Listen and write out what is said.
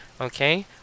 Okay